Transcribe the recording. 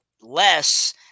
less –